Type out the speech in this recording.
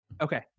okay